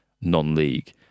non-league